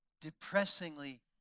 depressingly